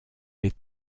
les